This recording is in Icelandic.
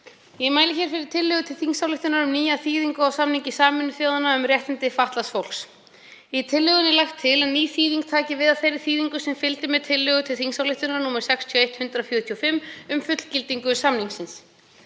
Ég mæli hér fyrir tillögu til þingsályktunar um nýja þýðingu á samningi Sameinuðu þjóðanna um réttindi fatlaðs fólks. Í tillögunni er lagt til að ný þýðing taki við af þeirri þýðingu sem fylgdi með tillögu til þingsályktunar nr. 61/145 um fullgildingu samningsins.